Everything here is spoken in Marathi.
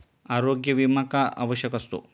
आरोग्य विमा का आवश्यक असतो?